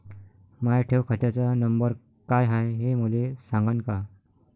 माया ठेव खात्याचा नंबर काय हाय हे मले सांगान का?